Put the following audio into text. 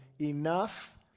Enough